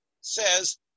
says